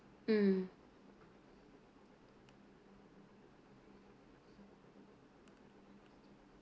mm